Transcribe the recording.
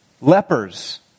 lepers